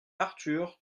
arthur